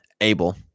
able